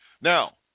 Now